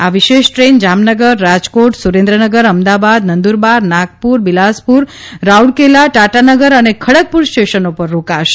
આ વિશેષ ટ્રેન જામનગર રાજકોટ સુરેન્દ્રનગર અમદાવાદ નંદુરબાર નાગપુર બિલાસપુર રાઉરકેલા ટાટાનગર અને ખડકપુર સ્ટેશનો પર રોકાશે